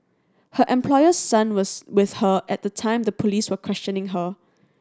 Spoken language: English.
her employer's son was with her at the time the police were questioning her